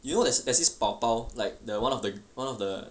you know there's there's this 宝宝 like the one of the one of the